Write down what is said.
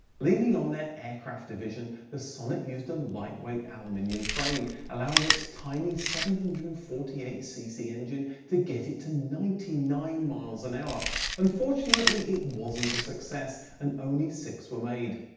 leaning on their aircraft division, the sonett used a lightweight aluminium frame, allowing its tiny seven hundred and forty eight cc engine to get it to ninety nine mph. unfortunately, it wasn't a success, and only six were made.